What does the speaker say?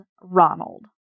Ronald